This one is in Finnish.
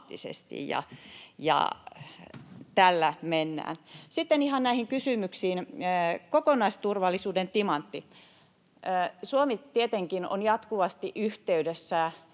Tällä mennään. Sitten ihan näihin kysymyksiin. Kokonaisturvallisuuden timantti: Suomi tietenkin on jatkuvasti yhteydessä